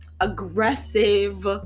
aggressive